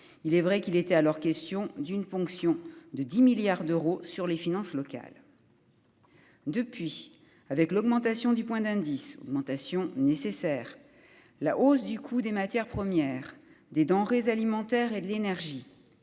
il est vrai qu'il était alors question d'une ponction de 10 milliards d'euros sur les finances locales. Depuis, avec l'augmentation du point d'indice augmentation nécessaire, la hausse du coût des matières premières des denrées alimentaires et de l'énergie,